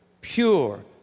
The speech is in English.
pure